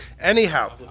Anyhow